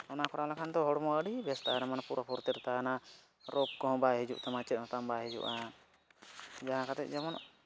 ᱚᱱᱟ ᱠᱚᱨᱟᱣ ᱞᱮᱠᱷᱟᱱ ᱫᱚ ᱦᱚᱲᱢᱚ ᱟᱹᱰᱤ ᱵᱮᱥ ᱛᱟᱦᱮᱱᱟ ᱢᱟᱱᱮ ᱯᱩᱨᱟᱹ ᱯᱷᱩᱨᱛᱤᱨᱮ ᱛᱟᱦᱮᱱᱟ ᱨᱳᱜᱽ ᱠᱚᱦᱚᱸ ᱵᱟᱭ ᱦᱤᱡᱩᱜ ᱛᱟᱢᱟ ᱪᱮᱫ ᱦᱚᱸ ᱛᱟᱢ ᱵᱟᱭ ᱦᱩᱭᱩᱜᱼᱟ ᱡᱟᱦᱟᱸ ᱠᱟᱛᱮᱫ ᱡᱮᱢᱚᱱ